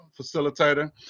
facilitator